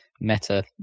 meta